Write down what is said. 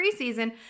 preseason